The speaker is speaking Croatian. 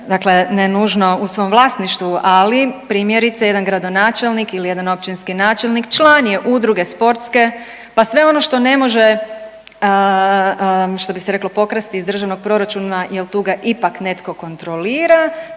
dakle ne nužno u svom vlasništvu, ali primjerice jedan gradonačelnik ili jedan općinski načelnik član je udruge sportske, pa sve ono što ne može što bi se reklo pokrasti iz državnog proračuna jel tu ga ipak netko kontrolira,